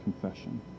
confession